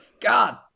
God